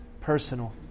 personal